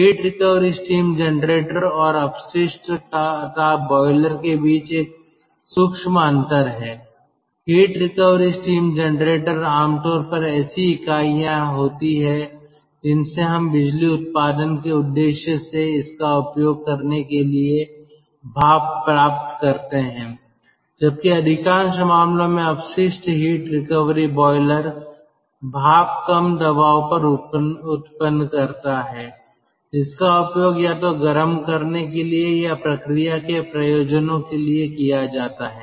heat recovery steam generator और अपशिष्ट ताप बायलर के बीच एक सूक्ष्म अंतर है हीट रिकवरी स्टीम जनरेटर आमतौर पर ऐसी इकाइयाँ होती हैं जिनसे हम बिजली उत्पादन के उद्देश्य से इसका उपयोग करने के लिए भाप प्राप्त करते हैं जबकि अधिकांश मामलों में अपशिष्ट हीट रिकवरी बॉयलर भाप कम दबाव पर उत्पन्न करता है जिसका उपयोग या तो गरम करने के लिए या प्रक्रिया के प्रयोजनों के लिए किया जाता है